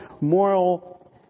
moral